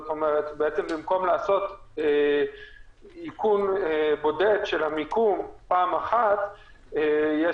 בעצם במקום לעשות איכון בודד של המיקום פעם אחת יש